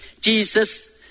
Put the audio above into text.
Jesus